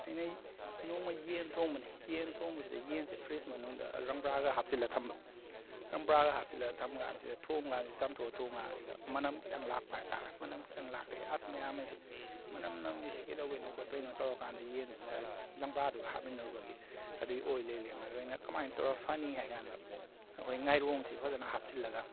ꯑꯩꯅ ꯅꯣꯡꯃ ꯌꯦꯟ ꯊꯣꯡꯕꯅꯤ ꯌꯦꯟ ꯊꯣꯡꯕꯁꯤꯗ ꯌꯦꯟꯁꯤ ꯐ꯭ꯔꯤꯖ ꯃꯅꯨꯡꯗ ꯔꯪꯕꯥꯔꯗ ꯍꯥꯞꯆꯤꯜꯂ ꯊꯝꯕ ꯔꯪꯕꯥꯔꯗ ꯍꯥꯞꯆꯤꯜꯂ ꯊꯝꯀꯥꯟꯁꯤꯗ ꯊꯣꯡ ꯀꯥꯟꯁꯤꯗ ꯆꯥꯝꯊꯣꯛꯑ ꯊꯣꯡ ꯀꯥꯟꯁꯤꯗ ꯃꯅꯝ ꯈꯤꯇꯪ ꯂꯥꯛꯄ ꯍꯥꯏꯇꯥꯔꯦ ꯃꯅꯝ ꯈꯤꯇꯪ ꯂꯥꯛꯄꯗꯩ ꯑꯁ ꯃꯌꯥꯝ ꯑꯁꯤ ꯃꯅꯝ ꯅꯝꯂꯤꯁꯤ ꯀꯩꯗꯧꯕꯩꯅꯣ ꯈꯣꯠꯄꯩꯅꯣ ꯇꯧꯔ ꯀꯥꯟꯗ ꯌꯦꯟꯗꯨ ꯉꯁꯥꯏ ꯔꯪꯕꯥꯔꯗꯨꯒ ꯍꯥꯞꯃꯤꯟꯅꯔꯨꯕꯒꯤ ꯑꯗꯨꯒꯤ ꯑꯣꯏ ꯂꯩ ꯂꯩꯔꯝꯃꯦ ꯑꯗꯨ ꯑꯩꯅ ꯀꯃꯥꯏꯅ ꯇꯧꯔ ꯐꯅꯤ ꯍꯥꯏ ꯀꯥꯟꯗ ꯑꯩꯈꯣꯏ ꯉꯥꯏꯔꯣꯡꯁꯤ ꯐꯖꯅ ꯍꯥꯞꯆꯤꯜꯂꯒ